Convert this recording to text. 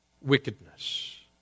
wickedness